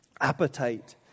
appetite